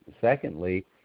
secondly